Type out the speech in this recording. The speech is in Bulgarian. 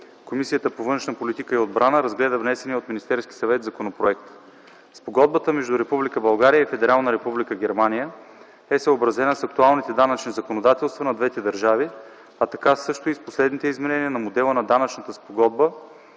Комисията по външна политика и отбрана разгледа внесения от Министерския съвет законопроект. Спогодбата между Република България и Федерална република Германия е съобразена с актуалните данъчни законодателства на двете държави, а така също и с последните изменения на модела на данъчна спогодба